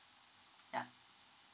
ya